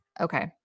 Okay